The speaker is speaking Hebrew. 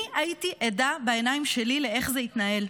אני הייתי עדה בעיניים שלי לאיך שזה התנהל.